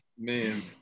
Man